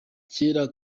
kera